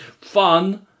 fun